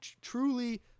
truly